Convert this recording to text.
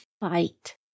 Fight